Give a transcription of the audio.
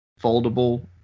foldable